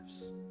lives